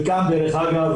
דרך אגב,